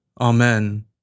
Amen